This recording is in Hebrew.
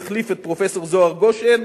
שהחליף את פרופסור זוהר גושן,